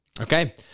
Okay